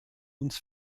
uns